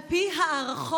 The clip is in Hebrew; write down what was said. על פי הערכות,